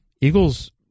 Eagles